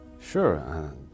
Sure